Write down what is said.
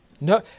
No